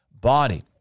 body